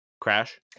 Crash